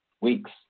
weeks